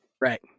Right